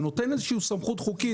זה נותן איזושהי סמכות חוקית.